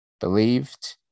believed